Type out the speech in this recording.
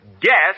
Guess